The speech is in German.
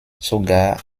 sogar